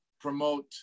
promote